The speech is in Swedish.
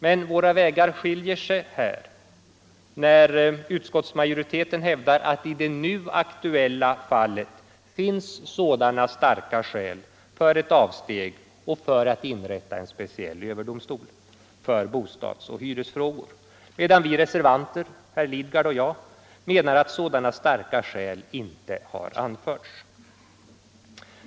Men våra vägar skiljer sig när utskotts majoriteten hävdar att det i det nu aktuella fallet finns sådana starka — Nr 141 skäl för avsteg och för att inrätta en speciell överdomstol för bostads Onsdagen den och hyresfrågor medan vi reservanter — herr Lidgard och jag — menar = 1] december 1974 att sådana starka skäl inte har anförts.